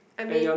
I mean